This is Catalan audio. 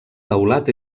teulat